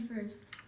first